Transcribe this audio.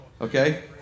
Okay